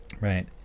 Right